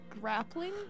grappling